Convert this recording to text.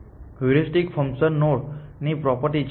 heuristic ફંક્શનએ node ની property છે